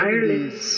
Ireland